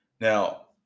Now